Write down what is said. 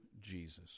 Jesus